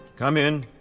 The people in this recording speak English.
come in.